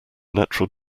natural